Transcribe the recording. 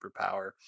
superpower